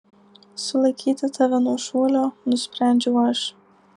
sulaikyti tave nuo šuolio nusprendžiau aš